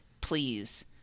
please